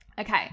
Okay